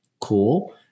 Cool